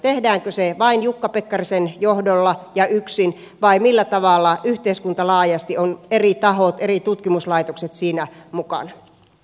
tehdäänkö se vain jukka pekkarisen johdolla ja yksin vai millä tavalla yhteiskunta laajasti on eri tahot eri tutkimuslaitokset siinä mukana